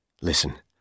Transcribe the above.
Listen